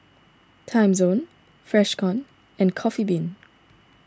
Timezone Freshkon and Coffee Bean